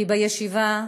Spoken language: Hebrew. כי בישיבה,